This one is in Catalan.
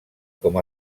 com